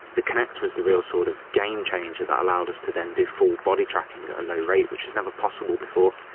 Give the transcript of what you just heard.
the kinect was the real sort of game changer that allowed us to then do full body tracking at a low rate, which was never possible before.